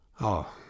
Oh